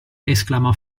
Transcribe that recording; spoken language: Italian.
esclamò